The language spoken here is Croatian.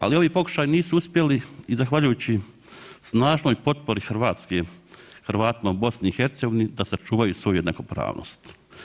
Ali ovi pokušaji nisu uspjeli i zahvaljujući snažnoj potpori Hrvatske Hrvatima u BiH da sačuvaju svoju jednakopravnost.